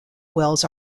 wells